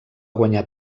guanyar